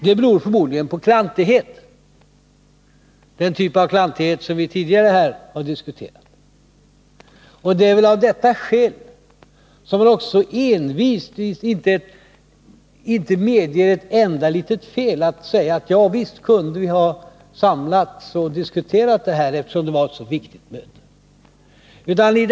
Den beror förmodligen på klantighet — den typ av klantighet som vi diskuterat tidigare i dag. Det är väl just därför som man inte kan medge ett enda litet fel. Det är därför man inte kan säga: Ja, visst kunde vi ha samlats och diskuterat det här mötet, eftersom det var så viktigt.